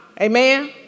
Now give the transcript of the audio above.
Amen